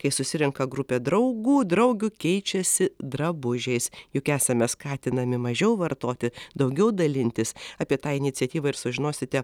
kai susirenka grupė draugų draugių keičiasi drabužiais juk esame skatinami mažiau vartoti daugiau dalintis apie tą iniciatyvą ir sužinosite